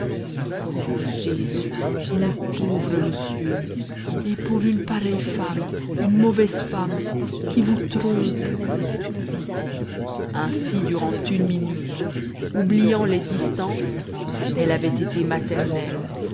oh jésus mon pauvre monsieur et pour une pareille femme une mauvaise femme qui vous trompe ainsi durant une minute oubliant les distances elle avait été maternelle